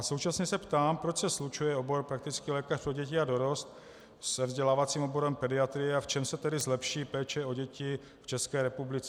Současně se ptám, proč se slučuje obor praktický lékař pro děti a dorost se vzdělávacím oborem pediatrie a v čem se tedy zlepší péče o děti v České republice.